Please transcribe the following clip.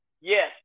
Yes